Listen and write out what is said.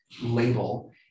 label